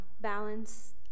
Balance